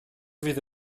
fydd